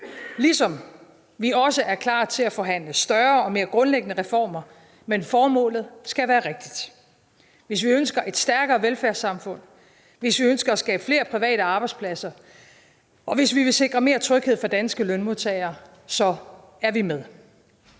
ligesom vi også er klar til at forhandle større og mere grundlæggende reformer. Men formålet skal være rigtigt. Hvis vi ønsker et stærkere velfærdssamfund, hvis vi ønsker at skabe flere private arbejdspladser, og hvis vi vil sikre mere tryghed for danske lønmodtagere, er vi med.